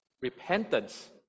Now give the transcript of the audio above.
repentance